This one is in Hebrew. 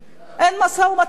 אין משא-ומתן,